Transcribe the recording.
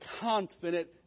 confident